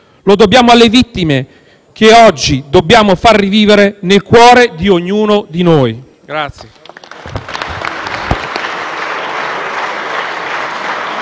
lo dobbiamo alle vittime, che oggi dobbiamo far rivivere nel cuore di ognuno di noi.